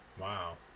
wow